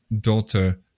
daughter